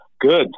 Good